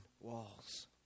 walls